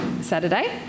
Saturday